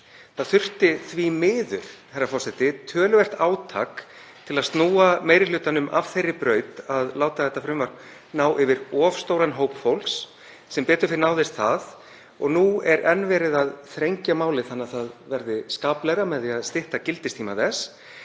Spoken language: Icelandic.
of vítt. Því miður þurfti töluvert átak til að snúa meiri hlutanum af þeirri braut að láta frumvarpið ná yfir of stóran hóp fólks en sem betur fer náðist það. Nú er enn verið að þrengja málið þannig að það verði skaplegra með því að stytta gildistíma þess.